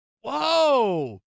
Whoa